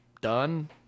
done